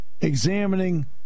examining